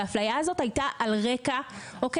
וההפליה הזאת הייתה על רקע מוצא.